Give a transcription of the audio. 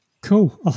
Cool